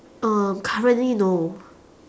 um currently no